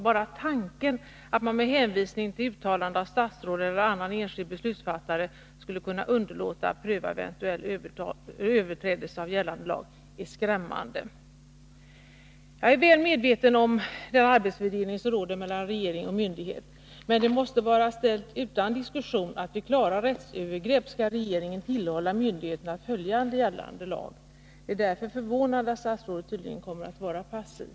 Bara tanken att man med hänvisning till ett uttalande av statsråd eller annan enskild beslutsfattare skulle kunna underlåta att pröva eventuell överträdelse av gällande lag är skrämmande. Jag är väl medveten om den arbetsfördelning som råder mellan regering och myndighet, men det måste vara ställt utom all diskussion att regeringen vid klara rättsövergrepp skall tillhålla myndigheten att följa gällande lag. Det är därför förvånande att statsrådet tydligen kommer att vara passiv.